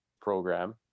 program